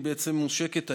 היא בעצם מושקת היום,